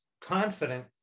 confident